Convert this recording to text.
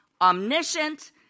omniscient